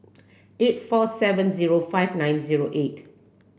eight four seven zero five nine zero eight